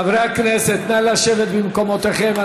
חברי הכנסת, נא לשבת במקומותיכם.